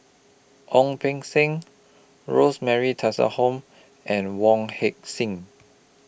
Ong Beng Seng Rosemary Tessensohn and Wong Heck Sing